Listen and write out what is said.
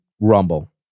Rumble